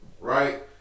right